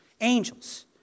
Angels